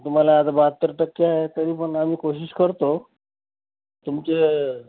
तुम्हाला आता बाहत्तर टक्के आहे तरी पण आम्ही कोशिश करतो तुमचे